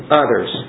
others